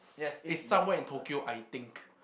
it's somewhere in Tokyo I think